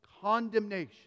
condemnation